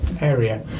area